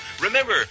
remember